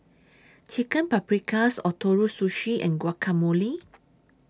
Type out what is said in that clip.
Chicken Paprikas Ootoro Sushi and Guacamole